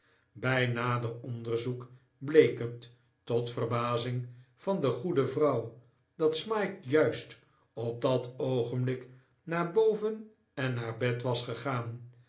bij nader onderzoek bleek het tot verbazing van de goede vrouw dat smike juist op dat oogenblik naar boven en naar bed was gegaan